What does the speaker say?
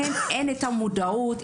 אין מודעות,